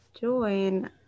join